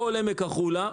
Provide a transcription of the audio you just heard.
כל עמק החולה.